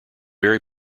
very